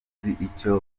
icyo